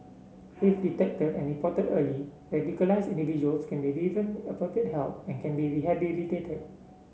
if detected and reported early radicalised individuals can be given appropriate help and can be rehabilitated